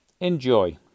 Enjoy